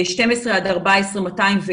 12 עד 14 201,